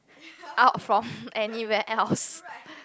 out from anywhere else